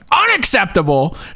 UNACCEPTABLE